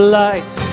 light